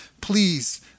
please